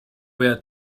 were